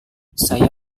saya